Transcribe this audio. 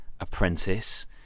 apprentice